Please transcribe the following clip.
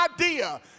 idea